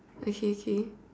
okay okay